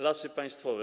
Lasy Państwowe.